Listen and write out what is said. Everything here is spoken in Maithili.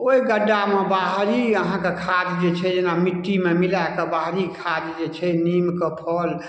ओइ गड्ढामे बाहरी अहाँके खाद जे छै जेना मिट्टीमे मिलाकऽ बाहरी खाद जे छै नीमके फल